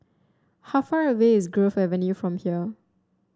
how far away is Grove Avenue from here